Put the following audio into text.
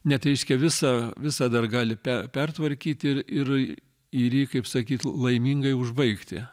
net reiškia visą visą dar gali pe pertvarkyt ir ir ir jį kaip sakyt laimingai užbaigti